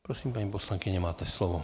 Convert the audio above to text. Prosím, paní poslankyně, máte slovo.